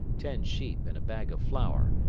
ten sheep and a bag of flour,